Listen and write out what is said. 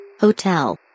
Hotel